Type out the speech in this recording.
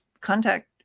contact